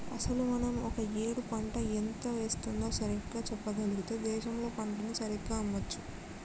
అసలు మనం ఒక ఏడు పంట ఎంత వేస్తుందో సరిగ్గా చెప్పగలిగితే దేశంలో పంటను సరిగ్గా అమ్మొచ్చు